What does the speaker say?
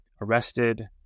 arrested